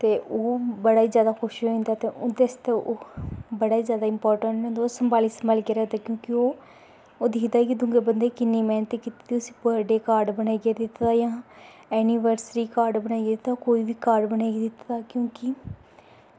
ते ओह् बड़ा गै जादै खुश होई जंदा ते उं'दे आस्तै बड़ा गै जादै इम्पार्टेंट ऐ ते ओह् सम्हाली सम्हालियै रक्खे दे ओह् ते ओह् दिक्खदे तुं'दे बंदे किन्नी मैह्नत कीती दी ते ओह् कार्ड बनाइयै दित्ते दा असें एनवर्सरी कार्ड बनाइयै जां होर कार्ड बनाइयै दित्ते दा असें